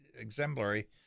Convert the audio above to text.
exemplary